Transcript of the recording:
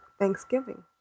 Thanksgiving